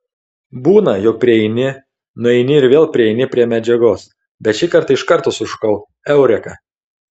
būna jog prieini nueini ir vėl prieini prie medžiagos bet šį kartą iš karto sušukau eureka